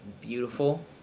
beautiful